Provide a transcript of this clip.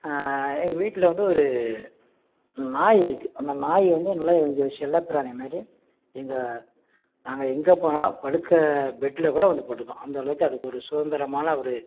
எங்கள் வீட்டில் வந்து ஒரு நாய் இருக்குது அந்த நாய் வந்து நல்ல எங்களுக்கு செல்லப்பிராணி மாதிரி எங்கே நாங்கள் எங்கே போனாலும் படுக்க பெட்டுல கூட வந்து படுக்கும் அந்தளவுக்கு அதுக்கு ஒரு சுதந்திரமான ஒரு